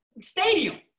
stadium